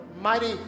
mighty